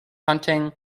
hunting